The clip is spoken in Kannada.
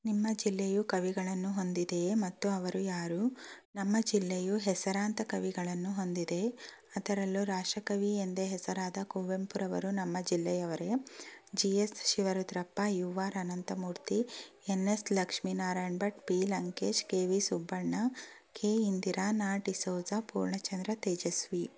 ನಿಮ್ಮ ಜಿಲ್ಲೆಯು ಕವಿಗಳನ್ನು ಹೊಂದಿದೆಯೇ ಮತ್ತು ಅವರು ಯಾರು ನಮ್ಮ ಜಿಲ್ಲೆಯು ಹೆಸರಾಂತ ಕವಿಗಳನ್ನು ಹೊಂದಿದೆ ಅದರಲ್ಲೂ ರಾಷ್ಟ್ರಕವಿ ಎಂದೇ ಹೆಸರಾದ ಕುವೆಂಪುರವರು ನಮ್ಮ ಜಿಲ್ಲೆಯವರೇ G S Shivarudrappa U R Ananthamurthy N S Lakshminarayan Bhat P Lankesh K V Subbanna K Indira Na D'Souza Poornachandra Tejasvi